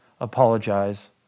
apologize